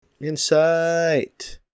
Insight